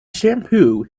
shampoo